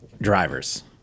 drivers